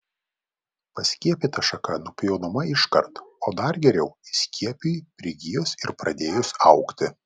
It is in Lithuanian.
paskiepyta šaka nupjaunama iškart o dar geriau įskiepiui prigijus ir pradėjus augti